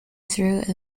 through